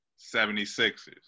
76ers